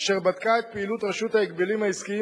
אשר בדקה את פעילות רשות ההגבלים העסקיים